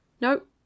Nope